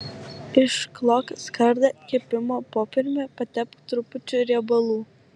išklok skardą kepimo popieriumi patepk trupučiu riebalų